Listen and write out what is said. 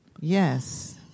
Yes